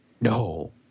No